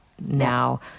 now